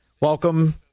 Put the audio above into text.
Welcome